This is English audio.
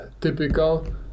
typical